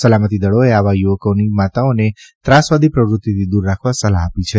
સલામતિદળોએ આવા યુવકોની માતાઓને ત્રાસવાદી પ્રવૃત્તિથી દૂર રાખવા સલાહ આપી છે